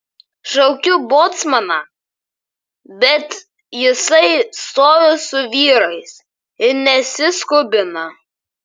šaukiu bocmaną bet jisai stovi su vyrais ir nesiskubina